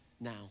now